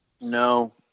no